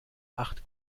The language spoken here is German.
acht